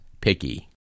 picky